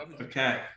okay